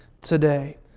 today